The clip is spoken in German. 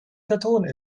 karton